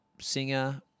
singer